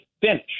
finish